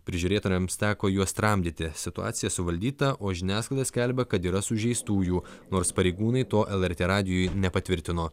prižiūrėtoriams teko juos tramdyti situacija suvaldyta o žiniasklaida skelbia kad yra sužeistųjų nors pareigūnai to lrt radijui nepatvirtino